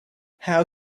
how